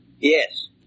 Yes